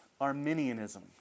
Arminianism